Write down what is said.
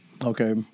Okay